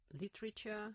literature